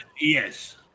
Yes